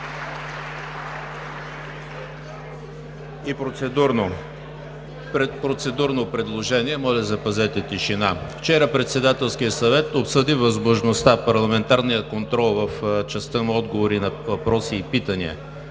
Процедурно предложение. (Шум в залата.) Моля, запазете тишина! Вчера Председателският съвет обсъди възможността парламентарният контрол, в частта му отговори на въпроси и питания,